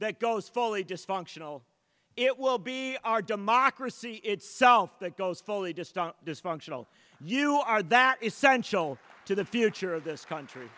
that goes fully dysfunctional it will be our democracy itself that goes fully just on dysfunctional you are that essential to the future of this country